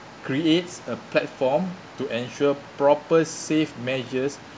creates a platform to ensure proper safe measures